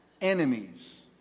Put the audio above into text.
enemies